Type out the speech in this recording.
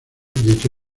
deja